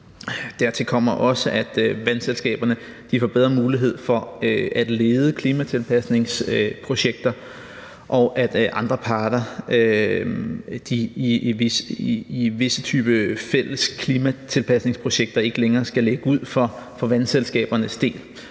Dertil kommer også, at vandselskaberne får bedre mulighed for at lede klimatilpasningsprojekter, og at andre parter i visse typer af fælles klimatilpasningsprojekter ikke længere skal lægge ud for vandselskabernes del.